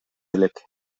элек